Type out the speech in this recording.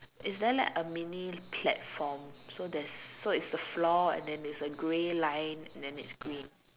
is there like a mini platform so there's so it's the floor and then it's a grey line and then it's green